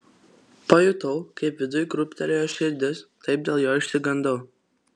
pajutau kaip viduj krūptelėjo širdis taip dėl jo išsigandau